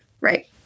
right